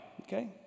Okay